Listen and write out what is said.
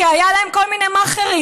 כי היה להם כל מיני מאכערים.